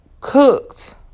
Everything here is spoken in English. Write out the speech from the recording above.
cooked